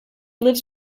lives